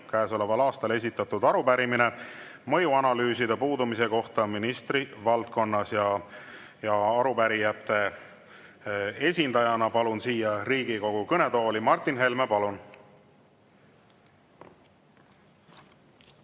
käesoleval aastal esitatud arupärimine mõjuanalüüside puudumise kohta ministri valdkonnas. Arupärijate esindajana palun siia Riigikogu kõnetooli Martin Helme. Palun!